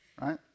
right